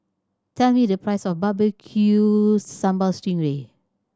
tell me the price of Barbecue Sambal sting ray